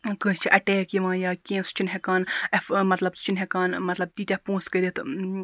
کٲنٛسہِ چھ اَٹیک یِوان یا کینٛہہ سُہ چھُنہٕ ہیٚکان ایٚف مَطلَب سُہ چھُنہٕ ہیٚکان مَطلَب تیٖتیاہ پونٛسہٕ کٔرِتھ